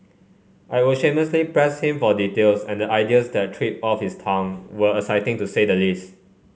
I would shamelessly pressed him for details and the ideas that tripped off his tongue were exciting to say the least